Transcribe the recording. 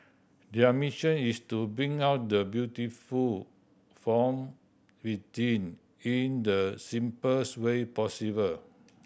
their mission is to bring out the beautiful from within in the simplest way possible